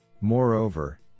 Moreover